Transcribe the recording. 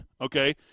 Okay